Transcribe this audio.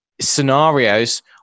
scenarios